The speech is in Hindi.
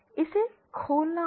इसे खोलना होगा